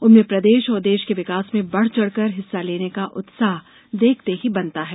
उनमें प्रदेश और देश के विकास में बढ़चढ़कर हिस्सा लेने का उत्साह देखते ही बनता है